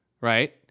right